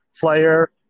player